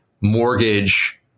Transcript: mortgage